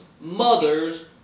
mother's